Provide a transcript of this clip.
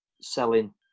selling